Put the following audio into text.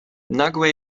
nagłe